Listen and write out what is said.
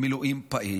מילואים פעיל.